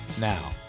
Now